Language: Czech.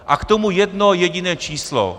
A k tomu jedno jediné číslo.